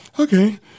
okay